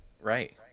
Right